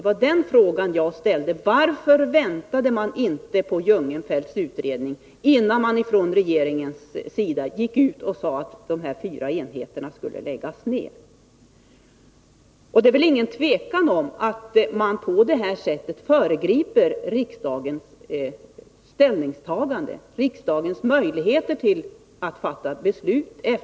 Vad jag frågade var nämligen: Varför väntade man inte från regeringens sida på Jungenfelts utredning innan man gick ut och sade att de fyra enheterna skulle läggas ned? Det är väl inget tvivel om att man på det här sättet föregriper riksdagens möjligheter att fatta beslut.